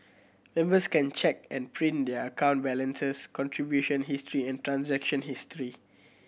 members can check and print their account balances contribution history and transaction history